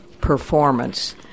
performance